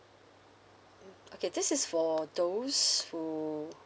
uh okay this is for those who